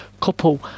couple